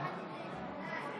בעד